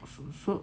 so so